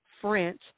French